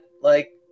like-